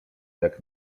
jak